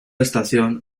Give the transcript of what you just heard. estación